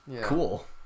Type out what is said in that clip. cool